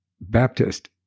Baptist